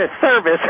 service